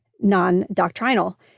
non-doctrinal